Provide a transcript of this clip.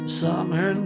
summer